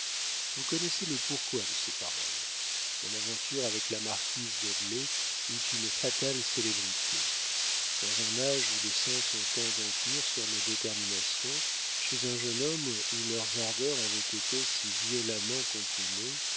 vous connaissez le pourquoi de ces paroles mon aventure avec la marquise dudley eut une fatale célébrité dans un âge où les sens ont tant d'empire sur nos déterminations chez un jeune homme où leurs ardeurs avaient été si violemment comprimées